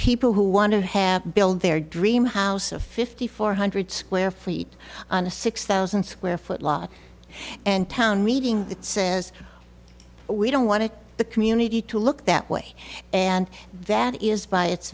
people who want to have build their dream house a fifty four hundred square feet on a six thousand square foot law and town meeting that says we don't want to the community to look that way and that is by it